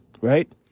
right